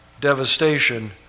devastation